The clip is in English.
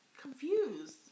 confused